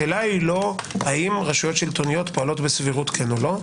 השאלה היא לא האם רשויות שלטוניות פועלים בסבירות כן או לא.